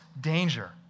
danger